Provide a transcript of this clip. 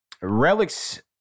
relics